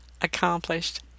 accomplished